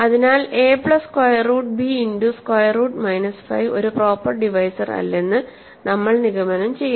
അതിനാൽ A plus square root B into square root minus 5 ഒരു proper divisor അല്ലെന്ന് നമ്മൾ നിഗമനം ചെയ്യുന്നു